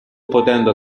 potendo